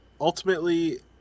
ultimately